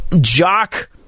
Jock